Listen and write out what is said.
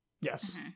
Yes